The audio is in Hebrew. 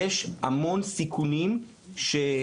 יש המון סיכונים בעישון קנביס,